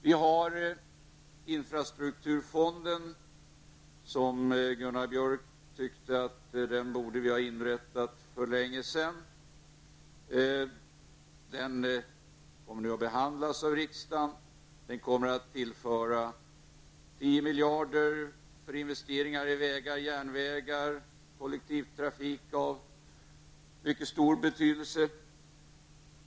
Gunnar Björk sade att infrastrukturfonden borde ha inrättats för länge sedan. Regeringens förslag kommer nu att behandlas av riksdagen. Infrastrukturfonden kommer att tillföra 10 miljarder kronor för investeringar i vägar, järnvägar och kollektivtrafik, och den är av mycket stor betydelse.